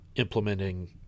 implementing